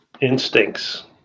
instincts